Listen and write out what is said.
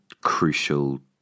crucial